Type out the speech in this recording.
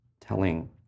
telling